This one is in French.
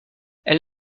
elle